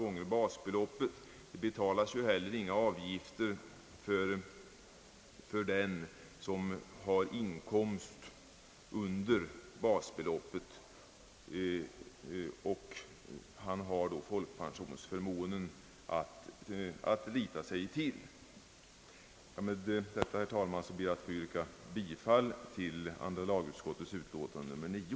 Inte heller betalas någon avgift för dem som har inkomst under basbeloppet och som då har folkpensionen att lita till. Herr talman! Med detta ber jag att få yrka bifall till andra lagutskottets utlåtande nr 10.